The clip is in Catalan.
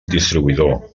distribuïdor